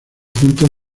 juntos